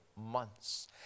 months